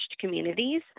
communities